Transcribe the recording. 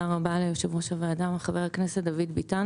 תודה רבה ליושב ראש הוועדה וחבר הכנסת דוד ביטן,